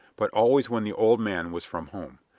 but always when the old man was from home.